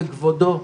בכבודו,